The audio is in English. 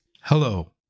Hello